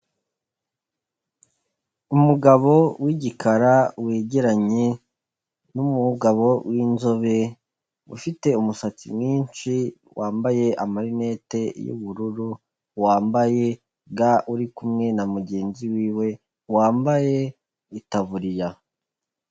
Umugabo w'igikara wegeranye n'umugabo w'inzobe ufite umusatsi mwinshi, wambaye amarinete y'ubururu, wambaye ga uri kumwe na mugenzi wiwe wambaye itaburiya.